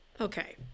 Okay